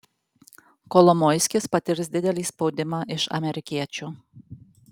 kolomoiskis patirs didelį spaudimą iš amerikiečių